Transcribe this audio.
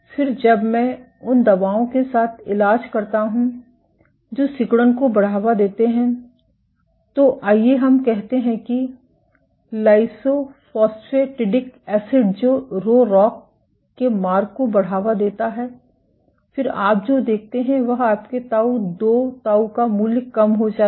फिर जब मैं उन दवाओं के साथ इलाज करता हूं जो सिकुड़न को बढ़ावा देते हैं तो आइए हम कहते हैं कि लाइसोफोस्फेटिडिक एसिड जो रो रॉक के मार्ग को बढ़ावा देता है फिर आप जो देखते हैं वह आपके ताऊ 2 ताऊ का मूल्य कम हो जाता है